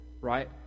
right